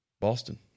Boston